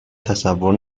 تصور